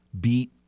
beat